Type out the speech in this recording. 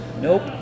Nope